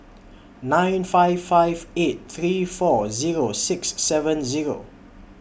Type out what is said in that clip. nine five five eight three four Zero six seven Zero